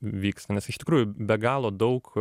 vyksta nes iš tikrųjų be galo daug